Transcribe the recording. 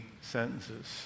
sentences